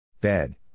Bed